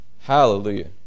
hallelujah